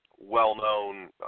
well-known